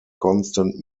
constant